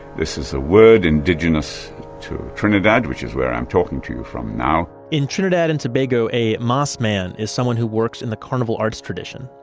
this is a word indigenous to trinidad which is where i'm talking to you from now in trinidad and tobago, a mossman is someone who works in the carnival arts tradition.